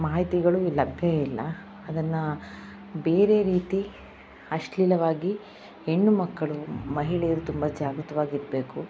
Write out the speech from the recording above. ಮಾಹಿತಿಗಳು ಲಭ್ಯ ಇಲ್ಲ ಅದನ್ನು ಬೇರೆ ರೀತಿ ಅಶ್ಲೀಲವಾಗಿ ಹೆಣ್ಣು ಮಕ್ಕಳು ಮಹಿಳೆಯರು ತುಂಬ ಜಾಗೃತವಾಗಿರಬೇಕು